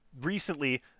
recently